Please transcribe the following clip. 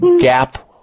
gap